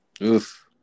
Oof